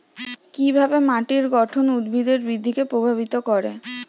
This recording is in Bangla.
কিভাবে মাটির গঠন উদ্ভিদের বৃদ্ধিকে প্রভাবিত করে?